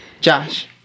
Josh